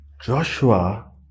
Joshua